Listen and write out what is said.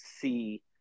see